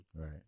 right